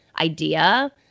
idea